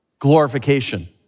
Glorification